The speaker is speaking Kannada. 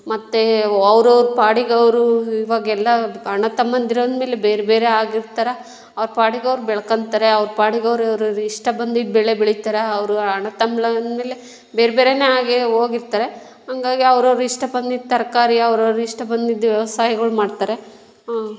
ಮತ್ತು ಅವ್ರ ಅವ್ರ ಪಾಡಿಗೆ ಅವರು ಇವಾಗೆಲ್ಲ ಅಣ್ಣತಮ್ಮಂದಿರು ಅಂದ ಮೇಲೆ ಬೇರೆ ಬೇರೆ ಆಗಿರ್ತಾರೆ ಅವ್ರ ಪಾಡಿಗೆ ಅವರು ಬೆಳ್ಕಂತಾರೆ ಅವ್ರ ಪಾಡಿಗೆ ಅವ್ರವ್ರ ಇಷ್ಟ ಬಂದಿದ್ದ ಬೆಳೆ ಬೆಳೀತಾರೆ ಅವರು ಅಣ್ಣ ತಮ್ಮ ಅಂದ ಮೇಲೆ ಬೇರೆ ಬೇರೇನೆ ಆಗಿ ಹೋಗಿರ್ತಾರೆ ಹಾಗಾಗಿ ಅವ್ರ ಅವ್ರ ಇಷ್ಟ ಬಂದಿದ್ದ ತರಕಾರಿ ಅವ್ರ ಅವ್ರ ಇಷ್ಟ ಬಂದ ವ್ಯವಸಾಯಗಳು ಮಾಡ್ತಾರೆ